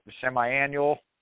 semi-annual